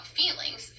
feelings